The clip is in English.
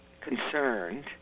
concerned